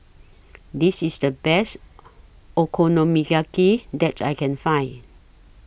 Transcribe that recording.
This IS The Best Okonomiyaki that I Can Find